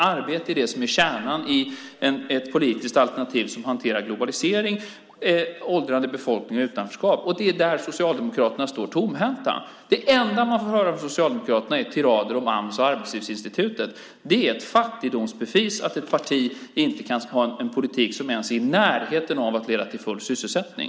Arbete är det som är kärnan i ett politiskt alternativ som hanterar globalisering, åldrande befolkning och utanförskap. Det är där Socialdemokraterna står tomhänta. Det enda man får höra från Socialdemokraterna är tirader om Ams och Arbetslivsinstitutet. Det är ett fattigdomsbevis att ett parti inte kan ha en politik som ens är i närheten av att leda till full sysselsättning.